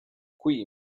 qui